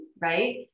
right